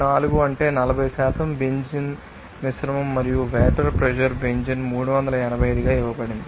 4 అంటే 40 బెంజీన్ మిశ్రమం మరియు వేపర్ ప్రెషర్ బెంజీన్ 385 గా ఇవ్వబడింది